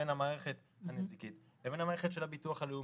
בין המערכת הנזיקית לין המערכת של הביטוח הלאומי.